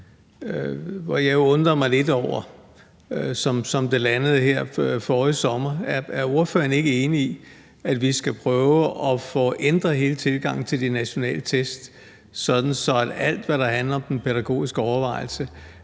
test. Jeg undrer mig lidt over, hvordan det landede her forrige sommer. Er ordføreren ikke enig i, at vi skal prøve at få ændret hele tilgangen til de nationale test, sådan at alt, hvad der handler om den pædagogiske overvejelse,